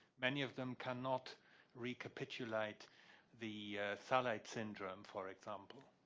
many of them cannot recapitulate the phthalate syndrome for example.